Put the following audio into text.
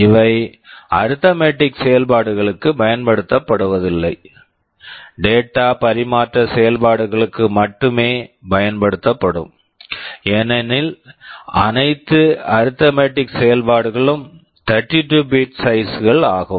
இவை arithmetic arithmetic செயல்பாடுகளுக்குப் பயன்படுத்தப்படுவதில்லை டேட்டா data பரிமாற்ற செயல்பாடுகளுக்கு மட்டுமே பயன்படுத்தப்படும் ஏனெனில் அனைத்து அரித்மேட்டிக் arithmetic செயல்பாடுகளும் 32 பிட் bit சைஸ் size கள் ஆகும்